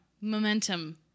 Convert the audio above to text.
momentum